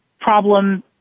problem